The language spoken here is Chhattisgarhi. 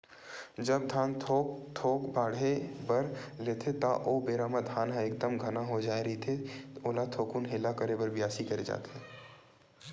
जब धान थोक थोक बाड़हे बर लेथे ता ओ बेरा म धान ह एकदम घना हो जाय रहिथे ओला थोकुन हेला करे बर बियासी करे जाथे